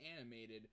animated